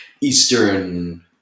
Eastern